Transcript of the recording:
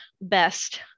best